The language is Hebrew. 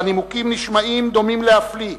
והנימוקים נשמעים דומים להפליא: